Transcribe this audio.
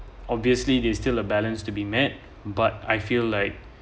obviously there's still a balanced to be met but I feel like